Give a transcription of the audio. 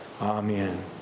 Amen